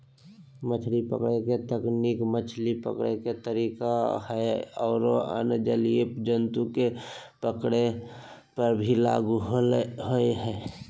मछली पकड़े के तकनीक मछली पकड़े के तरीका हई आरो अन्य जलीय जंतु के पकड़े पर भी लागू होवअ हई